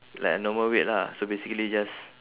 like a normal weight lah so basically just